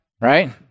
right